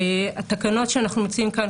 התקנות שאנחנו מציעים כאן,